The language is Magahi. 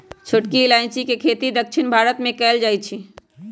छोटकी इलाइजी के खेती दक्षिण भारत मे कएल जाए छै